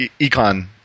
econ